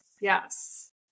Yes